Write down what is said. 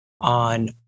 on